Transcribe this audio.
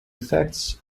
effects